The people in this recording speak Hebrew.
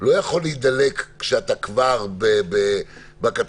לא יכול להידלק כשאתה כבר בקטסטרופה,